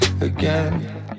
again